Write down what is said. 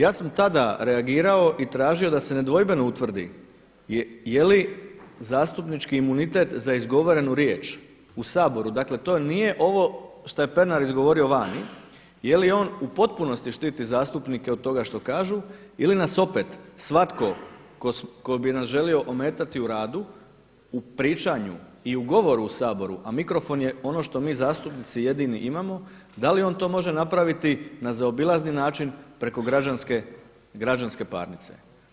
Ja sam tada reagirao i tražio da se nedvojbeno utvrdi jeli zastupnički imunitet za izgovorenu riječ u Saboru, dakle to nije ovo što je Pernar izgovorio vani jeli on u potpunosti štiti zastupnike od toga što kažu ili nas opet svatko tko bi nas želio ometati u radu u pričanju i u govoru u Saboru, a mikrofon je ono što mi zastupnici jedini imamo, da li on to može napraviti na zaobilazni način preko građanske parnice.